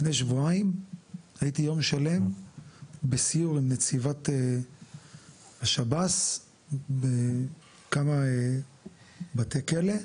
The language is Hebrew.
לפני שבועיים הייתי יום שלם בסיור עם נציבת השב"ס בכמה בתי כלא,